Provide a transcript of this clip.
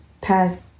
past